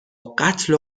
قتل